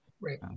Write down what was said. Right